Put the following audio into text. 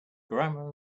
grammar